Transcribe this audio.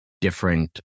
different